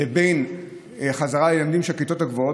לבין חזרה ללימודים של הכיתות הגבוהות,